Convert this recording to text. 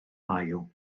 haul